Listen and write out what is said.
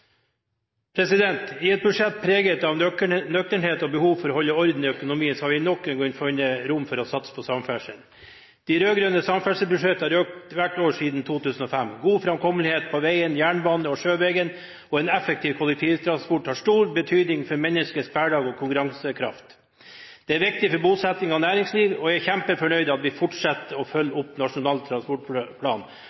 I et budsjett preget av nøkternhet og behov for å holde orden i økonomien har vi nok en gang funnet rom for å satse på samferdsel. De rød-grønnes samferdselsbudsjetter har økt hvert år siden 2005. God framkommelighet på vei, jernbane og langs sjøveien og en effektiv kollektivtransport har stor betydning for menneskers hverdag og for konkurransekraften. Det er viktig for bosetting og næringsliv, og jeg er kjempefornøyd med at vi fortsetter å følge